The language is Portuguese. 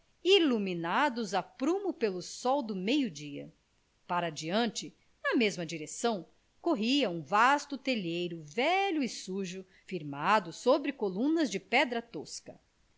iluminados a prumo pelo sol do meio-dia para adiante na mesma direção corria um vasto telheiro velho e sujo firmado sobre colunas de pedra tosca